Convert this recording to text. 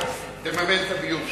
תממן את הביוב שלך.